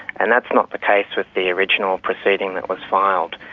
and that's not the case with the original proceeding that was filed.